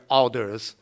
orders